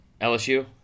LSU